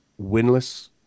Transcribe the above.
winless